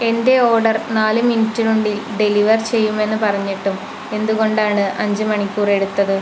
എന്റെ ഓർഡർ നാല് മിനിറ്റിനുള്ളിൽ ഡെലിവർ ചെയ്യുമെന്ന് പറഞ്ഞിട്ടും എന്തുകൊണ്ടാണ് അഞ്ച് മണിക്കൂർ എടുത്തത്